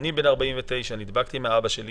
הוא כותב "אני בן 49, נדבקתי מאבא שלי